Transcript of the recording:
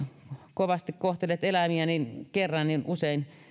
kovasti kohtelet eläimiä kerran niin usein